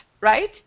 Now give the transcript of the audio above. right